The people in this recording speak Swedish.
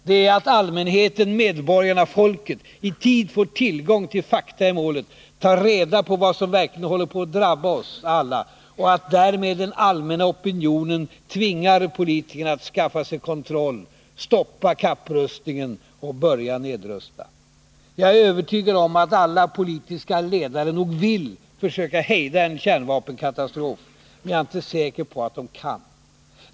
Det är att allmänheten, medborgarna, folket i tid får tillgång till fakta i målet, tar reda på vad som verkligen håller på att drabba oss alla, och att därmed den allmänna opinionen tvingar politikerna att skaffa sig kontroll, stoppa kapprustningen och börja nedrusta. Jag är övertygad om att alla politiska ledare nog vill försöka hejda en kärnvapenkatastrof. Men jag är inte säker på att de kan.